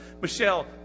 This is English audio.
Michelle